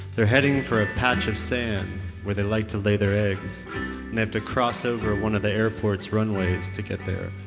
they're heading for a patch of sand where they like to lay their eggs and they have to cross over one of the airport's runways to get there.